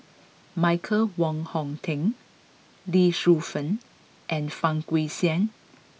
Michael Wong Hong Teng Lee Shu Fen and Fang Guixiang